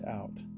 out